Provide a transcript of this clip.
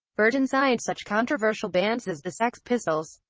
virgin signed such controversial bands as the sex pistols,